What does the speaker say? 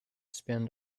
spend